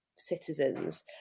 citizens